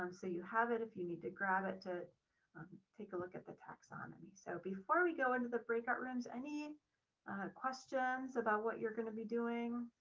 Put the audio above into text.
um so you have it if you need to grab it to take a look at the taxonomy. so before we go into the breakout rooms, any questions about what you're going to be doing?